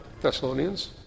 Thessalonians